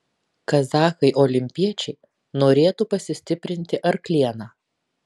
kazachai olimpiečiai norėtų pasistiprinti arkliena